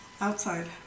outside